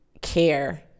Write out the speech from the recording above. care